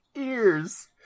ears